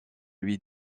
louis